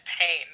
pain